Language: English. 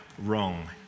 wrong